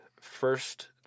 first